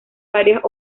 varias